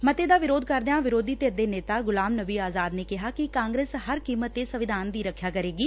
ਮਤੇ ਦਾ ਵਿਰੋਧ ਕਰਦਿਆਂ ਵਿਰੋਧੀ ਧਿਰ ਦੇ ਨੇਤਾ ਗੁਲਾਮ ਨਬੀ ਆਜ਼ਾਦ ਨੇ ਕਿਹਾ ਕਿ ਕਾਂਗਰਸ ਹਰ ਕੀਮਤ ਤੇ ਸੰਵਿਧਾਨ ਦੀ ਰਖਿਆ ਕਰੇਗੀ